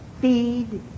feed